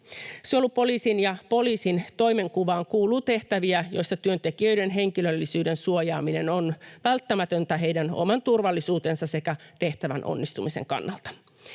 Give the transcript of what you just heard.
Suojelupoliisin ja poliisin toimenkuvaan kuuluu tehtäviä, joissa työntekijöiden henkilöllisyyden suojaaminen on välttämätöntä heidän oman turvallisuutensa sekä tehtävän onnistumisen kannalta.